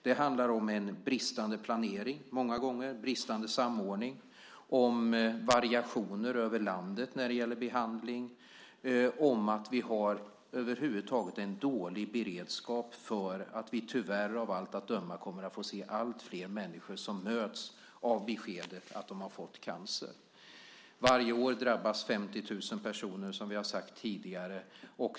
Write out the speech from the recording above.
Det handlar många gånger om en bristande planering och samordning, och variationer över landet när det gäller behandling. Vi har över huvud taget en dålig beredskap för att vi tyvärr av allt av döma kommer att få se alltfler människor som möts av beskedet att de har fått cancer. Varje år drabbas 50 000 personer, som vi har sagt tidigare.